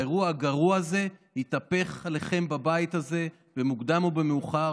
האירוע הגרוע הזה יתהפך עליכם בבית הזה במוקדם או במאוחר,